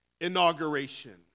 inauguration